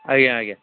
ଆଜ୍ଞା ଆଜ୍ଞା